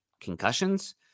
concussions